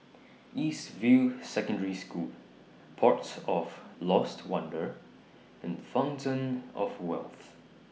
East View Secondary School Port of Lost Wonder and Fountain of Wealth